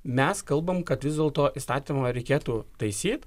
mes kalbam kad vis dėlto įstatymą reikėtų taisyt